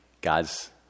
God's